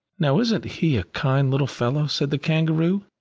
now isn't he a kind little fellow? said the kangaroo.